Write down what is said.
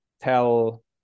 tell